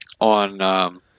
on